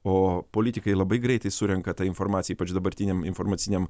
o politikai labai greitai surenka tą informaciją ypač dabartiniam informaciniam